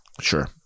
Sure